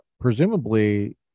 Presumably